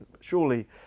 surely